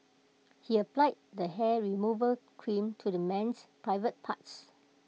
he applied the hair removal cream to the man's private parts